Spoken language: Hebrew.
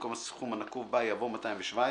במקום הסכום הנקוב בה יבוא "217".